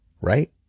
Right